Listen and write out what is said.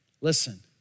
Listen